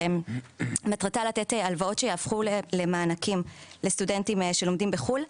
שמטרתה לתת הלוואות שיהפכו למענקים לסטודנטים שלומדים בחו"ל,